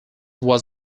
was